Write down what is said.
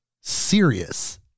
serious